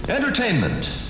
Entertainment